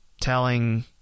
telling